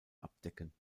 abdecken